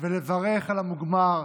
ולברך על המוגמר.